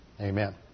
Amen